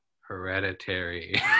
hereditary